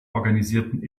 organisierten